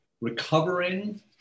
Recovering